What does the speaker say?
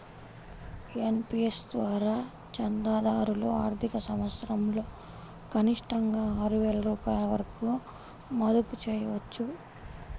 NPS ద్వారా చందాదారులు ఆర్థిక సంవత్సరంలో కనిష్టంగా ఆరు వేల రూపాయల వరకు మదుపు చేయవచ్చు